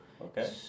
okay